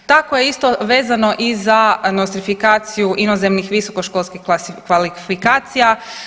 Tako je isto vezano i za nostrifikaciju inozemnih visokoškolskih kvalifikacija.